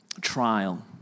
trial